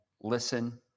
listen